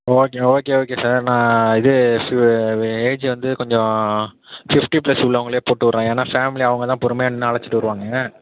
okay okay okay sir நான் இது age வந்து கொஞ்சம் ஃபிஃப்டி ப்ளஸ் உள்ளவங்களையே போட்டுவிட்றேன் ஏன்னா ஃபேமிலியை அவங்க தான் பொறுமையாக நின்று அழைச்சிட்டு வருவாங்க